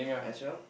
as well